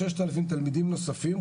ששת אלפים תלמידים נוספים,